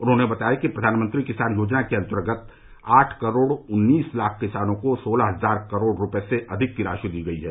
उन्होंने बताया कि प्रधानमंत्री किसान योजना के अंतर्गत आठ करोड उन्नीस लाख किसानों को सोलह हजार करोड़ रुपये से अधिक की राशि दी गई है